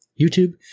YouTube